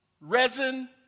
resin